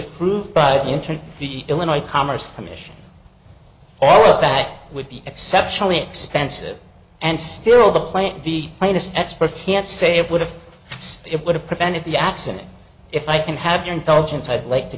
the illinois commerce commission all of that would be exceptionally expensive and still the plant the latest expert can't say it would have it would have prevented the accident if i can have your intelligence i'd like to